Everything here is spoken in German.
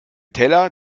teller